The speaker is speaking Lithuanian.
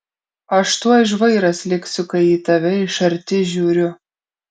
aš tuoj žvairas liksiu kai į tave iš arti žiūriu